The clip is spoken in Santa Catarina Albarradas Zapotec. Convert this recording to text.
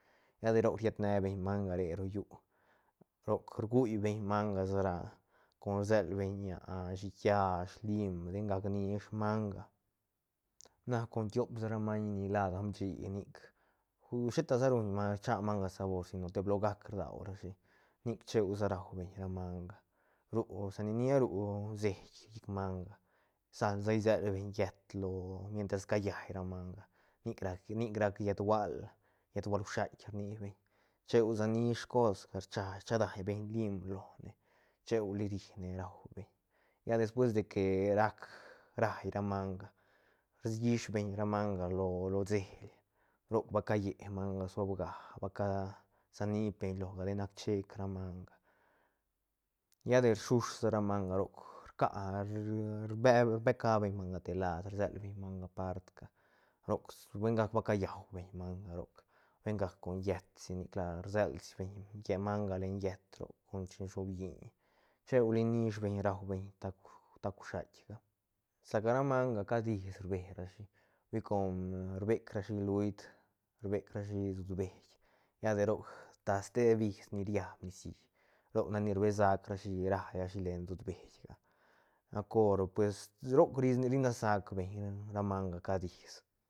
Lla de roc riet ne beñ manga re ro llú roc rguibeñ manga sa ra con rselbeñ shiit kiash lim den gac nish manga na con tiop sa ra maiñ ni la damshi nic sheta sa ruñ manga rcha manga rabor si no teblo gac rdau shi nic cheusa raubeñ ra manga ru sa ni nia ru seit llic manga sal sa selbeñ llët lo mientras ca llaine ra manga nic rac- nic rac llët gual llët gual shuait rnibeñ cheu sa nish cosga rcha rcha dañ beiñ lim lone cheuli ri ne raubeñ lla despues de que rac rai ra manga rgishbeñ ra manga lo ceil roc ba cahië manga suabga ba ca sanibeñ loga ten chek ra manga lla de rsuhs sa ra manga rca rbe- be ca beñ manga te lad rselbeñ manga partga roc huengac ba ca llaubeñ manga roc huengac con llëtsi nic la rselbeñ manga len llët roc con chen shobilliñ cheuli nish beñ raubeñ tacu- tacu shuait sa ca ra manga cad is rberashi hui com rbec shi luit rbecrashi sutbeï lla de roc ta ste bis ni rida nicií roc nac ni rbesac rashi rairashi len sutbeïga ga cor pues roc ri- ri nas saac beiñ ra manga cad is.